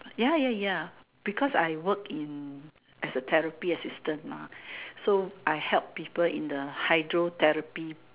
ya ya ya because I work in as a therapy assistant mah so I help people in the hydrotherapy